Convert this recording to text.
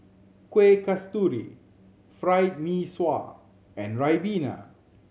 Kuih Kasturi Fried Mee Sua and ribena